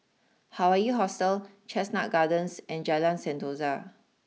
Hawaii Hostel Chestnut Gardens and Jalan Sentosa